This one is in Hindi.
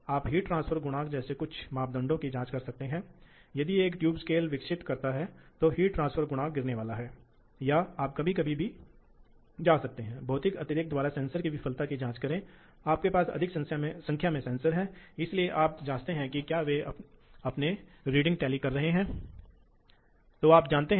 या यह हाइड्रोलिक मोटर भी हो सकती है और फिर हमारे पास हाइड्रोलिक्स के लिए सर्वो ड्राइव है जिसे फिर से डिजिटल विभिन्न प्रकार के डिजिटल और एनालॉग इलेक्ट्रॉनिक्स डिजिटल प्रोसेसर और एनालॉग इलेक्ट्रॉनिक्स द्वारा नियंत्रित किया जाता है और अंत में हमारे पास सेंसर होते हैं जो प्रतिक्रिया देते हैं